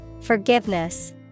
Forgiveness